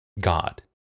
God